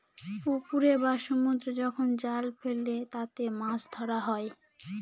পুকুরে বা সমুদ্রে যখন জাল ফেলে তাতে মাছ ধরা হয়